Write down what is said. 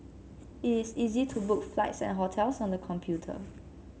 it is easy to book flights and hotels on the computer